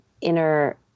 inner